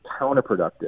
counterproductive